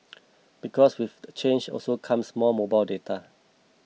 because with the change also comes more mobile data